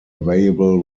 available